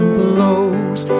blows